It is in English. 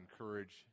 encourage